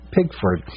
Pigford